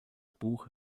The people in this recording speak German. buch